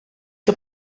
que